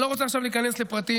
אני לא רוצה עכשיו להיכנס לפרטים,